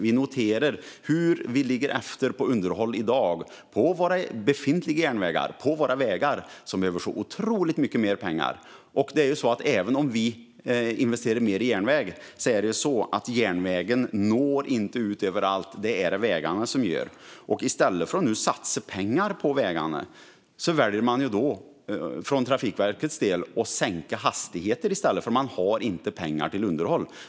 Vi noterar hur vi ligger efter på underhåll i dag på våra befintliga järnvägar och på våra vägar som behöver så otroligt mycket mer pengar. Även om vi investerar mer i järnväg når inte järnvägen ut överallt. Det är det vägarna som gör. I stället för att nu satsa pengar på vägarna väljer man från Trafikverkets sida att sänka hastigheterna, för man har inte pengar till underhåll.